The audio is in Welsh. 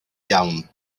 iawn